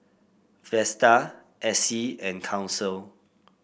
Vesta Essie and Council